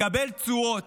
מקבל תשואות,